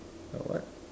a what